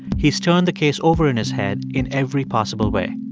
he's turned the case over in his head in every possible way.